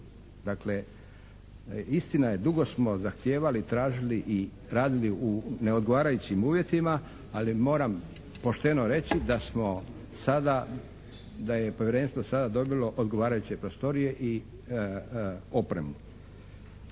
Dakle, istina je, dugo smo zahtijevali, tražili i radili u neodgovarajućim uvjetima ali moram pošteno reći da smo sada, da je povjerenstvo sada dobilo odgovarajuće prostorije i opremu.